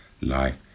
life